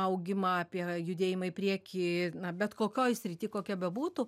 augimą apie judėjimą į priekį na bet kokioj srity kokia bebūtų